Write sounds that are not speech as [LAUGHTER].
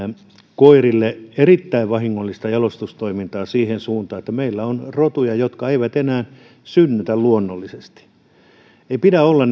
koirille erittäin vahingollista jalostustoimintaa siihen suuntaan että meillä on rotuja jotka eivät enää synnytä luonnollisesti ei pidä olla [UNINTELLIGIBLE]